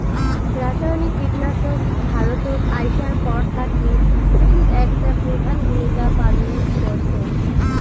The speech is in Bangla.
রাসায়নিক কীটনাশক ভারতত আইসার পর থাকি কৃষিত একটা প্রধান ভূমিকা পালন করসে